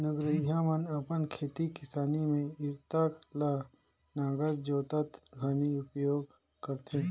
नगरिहा मन अपन खेती किसानी मे इरता ल नांगर जोतत घनी उपियोग करथे